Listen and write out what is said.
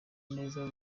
neza